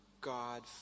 God